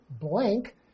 blank